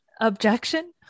objection